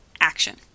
Action